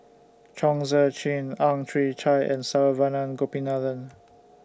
Chong Tze Chien Ang Chwee Chai and Saravanan Gopinathan